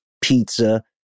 pizza